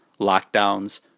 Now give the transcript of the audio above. lockdowns